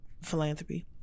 philanthropy